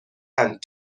and